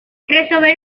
resolver